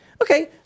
Okay